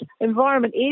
Environment